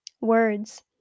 words